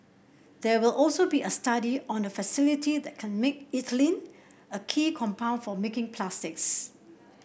there will also be a study on a facility that can make ethylene a key compound for making plastics